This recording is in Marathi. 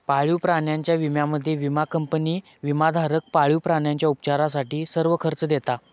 पाळीव प्राण्यांच्या विम्यामध्ये, विमा कंपनी विमाधारक पाळीव प्राण्यांच्या उपचारासाठी सर्व खर्च देता